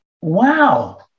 wow